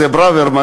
זה ברוורמן,